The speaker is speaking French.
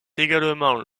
également